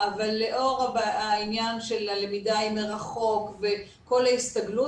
אבל לאור העניין שהלמידה היא מרחוק וכל ההסתגלות,